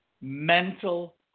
mental